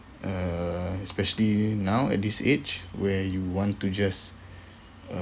uh especially now at this age where you want to just uh